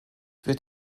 wird